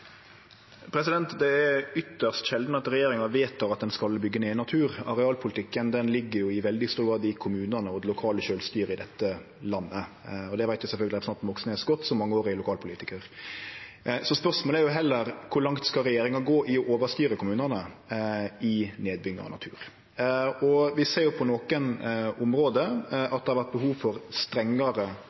Det er svært sjeldan at regjeringa vedtek at ein skal byggje ned natur. Arealpolitikken ligg jo i veldig stor grad i kommunane og i det lokale sjølvstyret i dette landet. Det veit sjølvsagt representanten Moxnes godt, som mangeårig lokalpolitikar. Så spørsmålet er heller: Kor langt skal regjeringa gå i å overstyre kommunane i nedbygging av natur? Vi ser at det på nokre område har vore behov for strengare